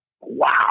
wow